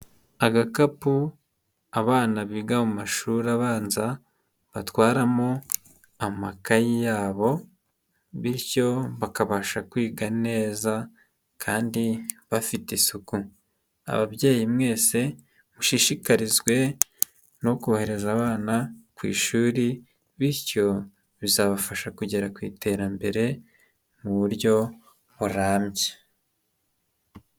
Agakapu abana biga mu mashuri abanza batwaramo amakayeyi, yabo bityo bakabasha kwiga neza kandi bafite isuku. Ababyeyi mwese mushishikarizwe no kohereza abana ku ishuri bityo bizabafasha kugera ku iterambere mu buryo burambye.